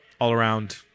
all-around